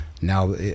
Now